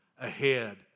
ahead